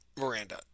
Miranda